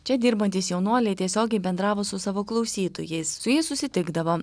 čia dirbantys jaunuoliai tiesiogiai bendravo su savo klausytojais su jais susitikdavo